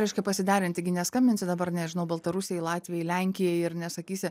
reiškia pasiderinti gi neskambinsi dabar nežinau baltarusijai latvijai lenkijai ir nesakysi